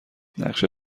نقشه